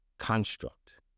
construct